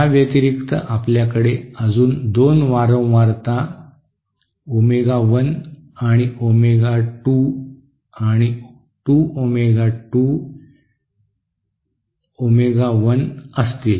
याव्यतिरिक्त आपल्याकडे अजून 2 वारंवारता ओमेगा 1 ओमेगा 2 आणि 2 ओमेगा 2 ओमेगा 1 असतील